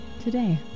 today